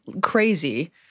crazy